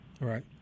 Right